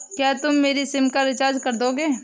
क्या तुम मेरी सिम का रिचार्ज कर दोगे?